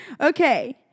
okay